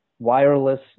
wireless